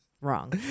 wrong